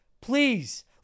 please